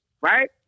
right